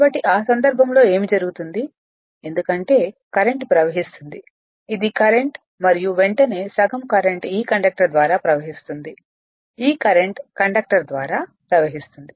కాబట్టి ఆ సందర్భంలో ఏమి జరుగుతుంది ఎందుకంటే కరెంట్ ప్రవహిస్తుంది ఇది కరెంట్ మరియు వెంటనే సగం కరెంట్ ఈ కండక్టర్ ద్వారా ప్రవహిస్తుంది ఈ కరెంట్ కండక్టర్ ద్వారా ప్రవహిస్తుంది